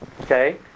okay